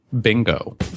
bingo